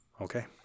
Okay